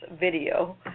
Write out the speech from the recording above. video